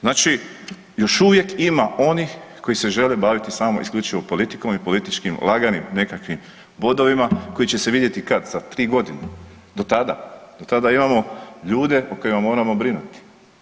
Znači, još uvijek ima onih koji se žele baviti samo isključivo politikom i političkim laganim nekakvim bodovima koji će se vidjeti kad, za 3 godine, do tada, do tada imamo ljude o kojima moramo brinuti.